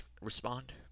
respond